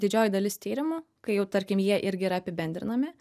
didžioji dalis tyrimų kai jau tarkim jie irgi yra apibendrinami